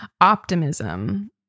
optimism